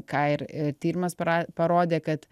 ką ir tyrimas para parodė kad